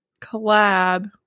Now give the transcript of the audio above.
collab